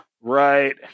right